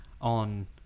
on